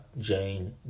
Jane